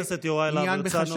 חבר הכנסת יוראי להב הרצנו,